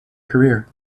career